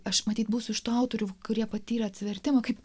aš matyt būsiu iš tų autorių kurie patyrė atsivertimą kaip